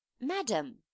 madam